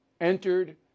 entered